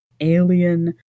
alien